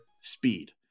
speed